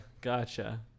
gotcha